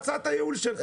מה הצעת הייעול שלך?